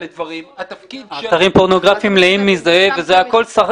אתרים פורנוגרפיים מלאים בזה וזה משחק,